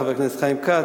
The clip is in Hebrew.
חבר הכנסת חיים כץ,